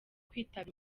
kwitaba